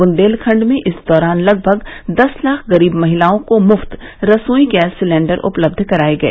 बुंदेलखंड में इस दौरान लगभग दस लाख गरीब महिलाओं को मुफ्त रसोई गैस सिलेंडर उपलब्ध कराए गए